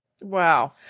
Wow